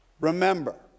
remember